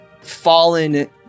fallen